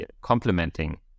complementing